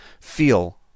feel